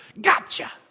Gotcha